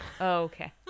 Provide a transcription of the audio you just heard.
okay